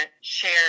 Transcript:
share